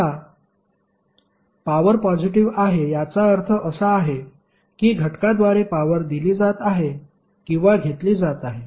आता power positive आहे याचा अर्थ असा आहे की घटकाद्वारे पॉवर दिली जात आहे किंवा घेतली जात आहे